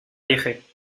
dije